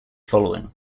following